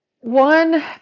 One